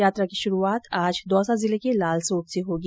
यात्रा की शुरूआत आज दौसा जिले के लालसोट से होगी